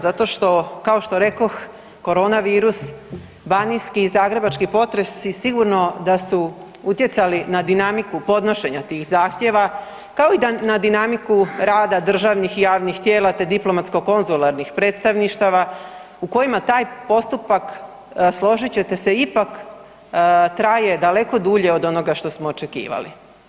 Zato što, kao što rekoh, koronavirus, banijski i zagrebački potresi sigurno da su utjecali na dinamiku podnošenja tih zahtjeva, kao i na dinamiku rada državnih i javnih tijela te diplomatsko-konzularnih predstavništava u kojima taj postupak, složit će se, ipak traje daleko dulje od onoga što smo očekivali.